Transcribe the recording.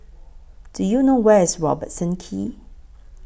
Do YOU know Where IS Robertson Quay